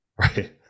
Right